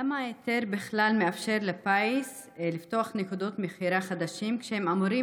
למה ההיתר בכלל מאפשר לפיס לפתוח נקודות מכירה חדשות כשהם אמורים